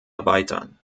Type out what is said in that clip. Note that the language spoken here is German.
erweitern